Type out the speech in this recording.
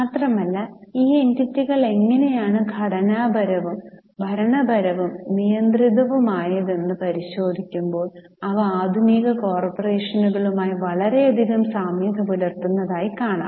മാത്രമല്ല ഈ എന്റിറ്റികൾ എങ്ങനെയാണ് ഘടനാപരവും ഭരണപരവും നിയന്ത്രിതവുമായവയെന്ന് പരിശോധിക്കുമ്പോൾ അവ ആധുനിക കോർപ്പറേഷനുകളുമായി വളരെയധികം സാമ്യത പുലർത്തുന്നതായി കാണാം